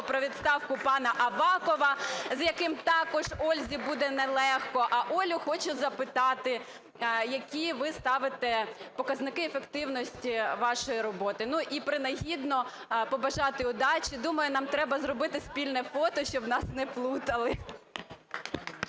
про відставку пана Авакова, з яким також Ользі буде нелегко. А Олю хочу запитати: які ви ставите показники ефективності вашої роботи? Ну і принагідно побажати удачі. Думаю, нам треба зробити спільне фото, щоб нас не плутали.